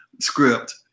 script